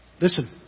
listen